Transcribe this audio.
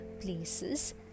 places